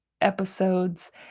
episodes